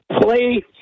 play